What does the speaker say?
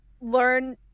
learn